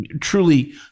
truly